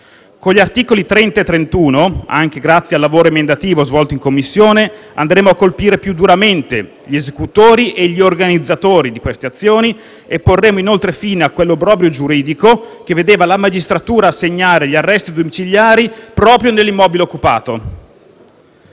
Con gli articoli 30 e 31, anche grazie al lavoro emendativo svolto in Commissione, andremo a colpire più duramente gli esecutori e gli organizzatori di queste azioni e porremo inoltre fine a quell'obbrobrio giuridico che vedeva la magistratura assegnare gli arresti domiciliari proprio nell'immobile occupato.